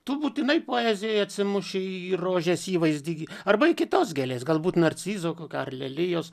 tu būtinai poezijoje atsimušė į rožes įvaizdį gi arba į kitos gėlės galbūt narcizo kokia ar lelijos